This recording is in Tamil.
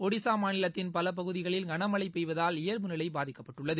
ஒடிஸாமாநிலத்தின் பலபகுதிகளில் கனமளழபெய்வதால் இயல்பு நிலைபாதிக்கப்பட்டுள்ளது